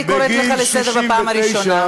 אני קוראת לך לסדר בפעם הראשונה.